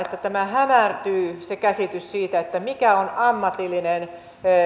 että hämärtyy käsitys siitä mikä on ammatillinen